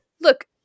look